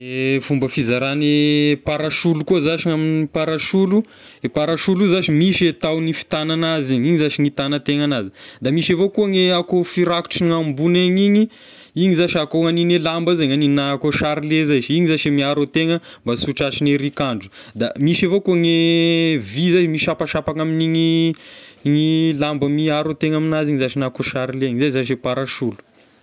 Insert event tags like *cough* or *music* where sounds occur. *hesitation* E fomba fizarane parasolo koa zashy, ny amin'ny parasolo e parasolo io zashy misy e tahony fitagnana azy, igny zashy ny hitanan'ny tegna anazy, da misy avao koa ny akoa firakotriny ambony egny igny, igny zashy a koa ny ny lamba zay na koa sarle zay, igny zashy e miaro an-tegna mba sy ho tratrin'ny erik'andro, da misy avao koa gne vy zay misampasampagna amin'igny igny lamba miaro an-tegna aminazy igny zashy na koa sarle igny, zay zashy ny parasolo.